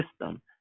system